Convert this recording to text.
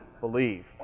believe